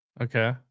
Okay